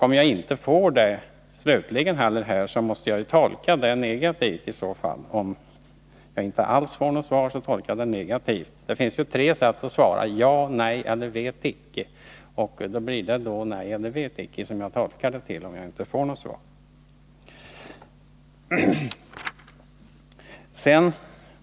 Om jag inte heller nu slutligen får svar, måste jag tolka det negativt. Det finns ju tre sätt att svara: ja, nej eller vet icke. Jag tolkar det som nej eller vet icke, om jag inte får något svar.